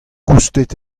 koustet